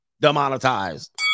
demonetized